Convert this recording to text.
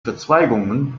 verzweigungen